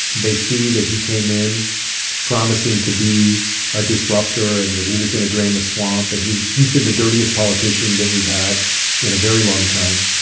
they see that he came in promising to be a disrupter and that he was going to drain the swamp. and he's he's been the dirtiest politician politician that we've had in a very long time.